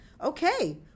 Okay